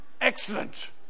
Excellent